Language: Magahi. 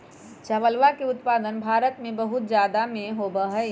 चावलवा के उत्पादन भारत में बहुत जादा में होबा हई